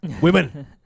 Women